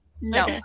no